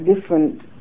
different